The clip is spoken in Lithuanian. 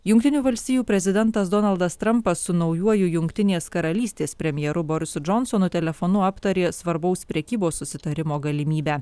jungtinių valstijų prezidentas donaldas trampas su naujuoju jungtinės karalystės premjeru borisu džonsonu telefonu aptarė svarbaus prekybos susitarimo galimybę